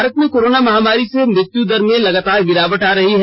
भारत में कोरोना महामारी से मृत्यु दर में भी लगातार गिरावट आ रही है